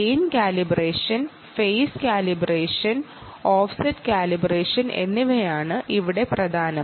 gain calibration phase calibration offset calibration എന്നിവയാണ് ഇവിടെ പ്രധാനം